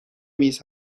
میز